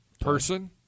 person